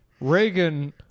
Reagan